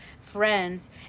friends